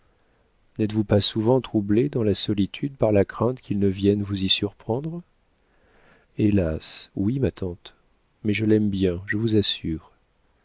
n'êtes-vous pas souvent troublée dans la solitude par la crainte qu'il ne vienne vous y surprendre hélas oui ma tante mais je l'aime bien je vous assure